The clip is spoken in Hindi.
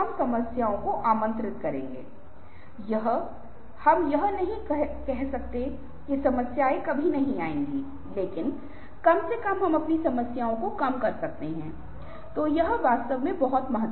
हम यहाँ से जो सीखते हैं वह यह है कि जब तक आप बड़ी चट्टानों को नहीं डालेंगे तब तक आप उन्हें बिल्कुल नहीं पाएँगे